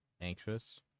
anxious